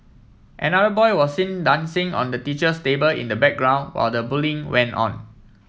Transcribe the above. another boy was seen dancing on the teacher's table in the background while the bullying went on